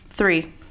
Three